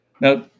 Now